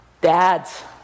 Dads